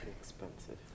expensive